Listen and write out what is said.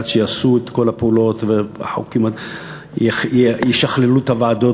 עד שיעשו את כל הפעולות וישכללו את הוועדות